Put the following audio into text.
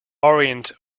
orient